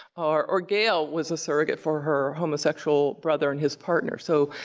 or gail was a surrogate for her homosexual brother and his partner. so,